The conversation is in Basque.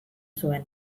zuen